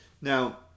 Now